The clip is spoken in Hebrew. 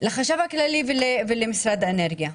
לחשב הכללי ולמשרד האנרגיה.